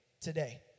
today